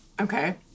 Okay